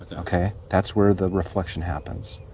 ah okay? that's where the reflection happens.